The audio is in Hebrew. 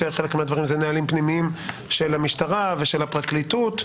חלק מהדברים זה נהלים פנימיים של המשטרה ושל הפרקליטות.